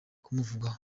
kumuvugwaho